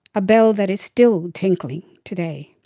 a bell that is still tinkling today.